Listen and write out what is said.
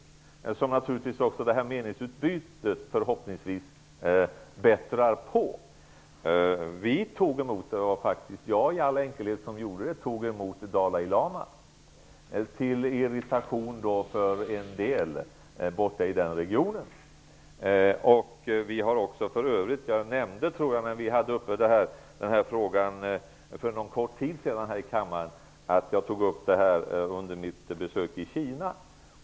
Jag hoppas naturligtvis att det här meningsutbytet har bättrat på den. Vi tog faktiskt emot -- jag i all enkelhet -- Dalai Lama, till irritation för en del i Tibet. Jag nämnde för en kort tid sedan här i kammaren att jag tog upp frågan under mitt besök i Kina.